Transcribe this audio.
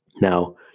Now